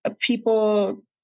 people